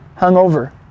hungover